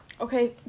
Okay